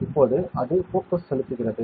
இப்போது அது போகஸ் செலுத்துகிறது